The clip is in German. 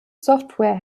software